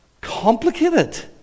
complicated